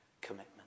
commitment